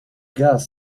gas